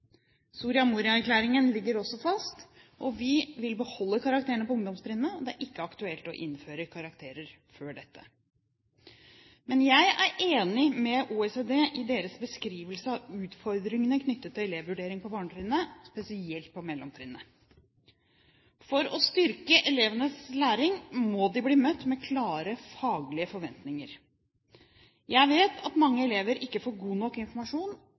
Soria Moria-erklæringen ligger også fast. Vi vil beholde karakterene på ungdomstrinnet, og det er ikke aktuelt å innføre karakterer før dette. Jeg er enig med OECD i deres beskrivelse av utfordringene knyttet til elevvurdering på barnetrinnet, spesielt på mellomtrinnet. For å styrke elevenes læring må de bli møtt med klare faglige forventninger. Jeg vet at mange elever ikke får god nok informasjon